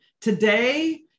today